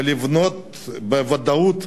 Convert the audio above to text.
ולבנות בוודאות,